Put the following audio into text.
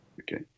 okay